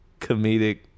comedic